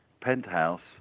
penthouse